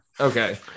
Okay